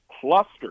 cluster